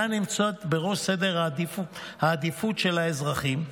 נמצאת בראש סדר העדיפויות של האזרחים,